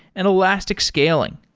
and elastic scaling.